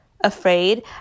afraid